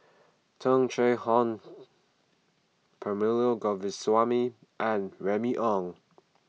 Tung Chye Hong Perumal Govindaswamy and Remy Ong